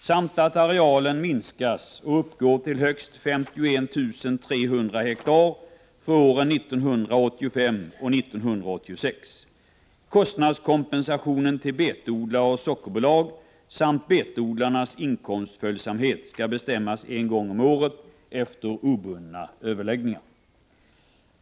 samt att arealen skall minskas och uppgå till högst 51 300 hektar för åren 1985 och 1986. Kostnadskompensationen till betodlare och sockerbolag samt betodlarnas inkomstföljsamhet skall bestämmas en gång om året efter obundna överläggningar.